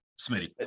Smitty